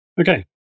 Okay